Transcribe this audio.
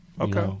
okay